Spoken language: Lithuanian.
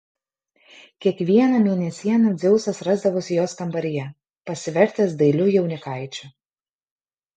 kiekvieną mėnesieną dzeusas rasdavosi jos kambaryje pasivertęs dailiu jaunikaičiu